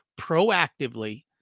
proactively